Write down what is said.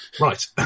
Right